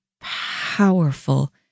powerful